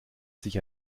sich